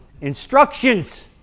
instructions